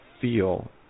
feel